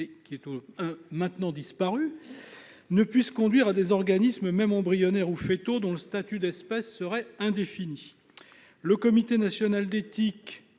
qui a maintenant disparu, ne conduise pas à des organismes, même embryonnaires ou foetaux, dont le statut d'espèce serait indéfini. Le Comité consultatif national d'éthique